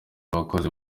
bakozi